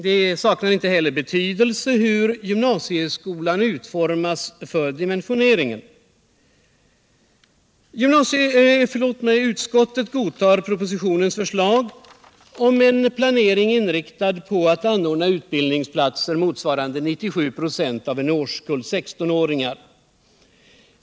Det saknar inte heller betydelse för dimensioneringen hur gymnasieskolan utformas. : Utskottet godtar propositionens förslag om en planering inriktad på att anordna utbildningsplatser motsvarande 97 26 av en årskull 16-åringar.